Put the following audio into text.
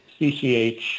CCH